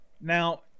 Now